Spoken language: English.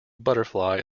butterfly